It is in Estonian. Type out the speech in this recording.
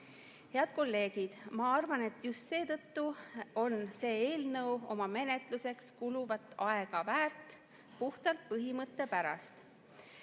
Head kolleegid! Ma arvan, et just seetõttu on see eelnõu oma menetluseks kuluvat aega väärt, puhtalt põhimõtte pärast.